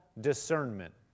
discernment